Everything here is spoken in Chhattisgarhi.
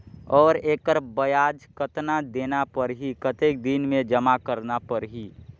और एकर ब्याज कतना देना परही कतेक दिन मे जमा करना परही??